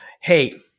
hey